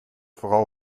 vooral